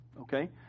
okay